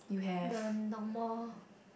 the normal